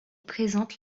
présente